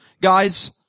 guys